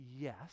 yes